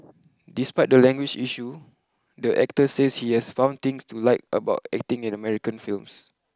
despite the language issue the actor says he has found things to like about acting in American films